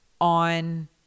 on